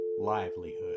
livelihood